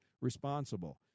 responsible